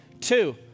two